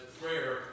prayer